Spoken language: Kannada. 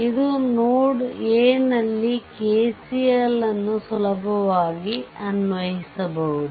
ಇದು ನೋಡ್ a ನಲ್ಲಿ KCL ಅನ್ನು ಸುಲಭವಾಗಿ ಅನ್ವಯಿಸಬಹುದು